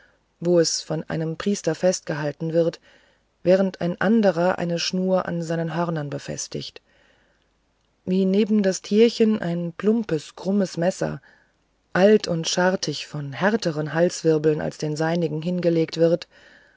wo es von einem priester festgehalten wird während ein anderer eine schnur an seinen hörnern befestigt wie neben das tierchen ein plumpes krummes messer alt und schartig von härteren halswirbeln als den seinigen hingelegt wird